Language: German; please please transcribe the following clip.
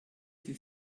sie